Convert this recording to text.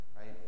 right